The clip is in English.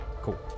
Cool